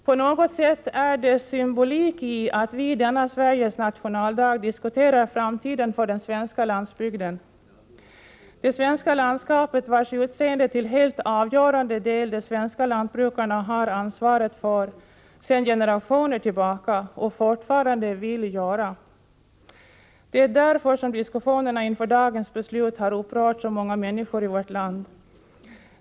På något sätt är det symbolik i att vi denna Sveriges nationaldag diskuterar framtiden för den svenska landsbygden och det svenska landskapet. Dess utseende har till helt avgörande del de svenska lantbrukarna ansvaret för, ett ansvar som de har sedan generationer tillbaka och som de fortfarande vill ha. Det är därför som diskussionerna inför dagens beslut har upprört så många människor i vårt land.